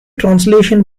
translation